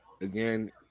again